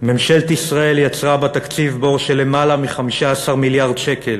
"ממשלת ישראל יצרה בתקציב בור של למעלה מ-15 מיליארד שקל,